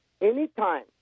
anytime